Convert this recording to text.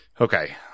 Okay